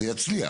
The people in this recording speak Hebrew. זה יצליח.